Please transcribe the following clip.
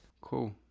Cool